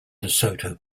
desoto